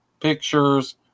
pictures